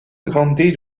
grande